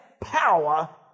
power